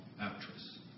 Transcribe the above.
actress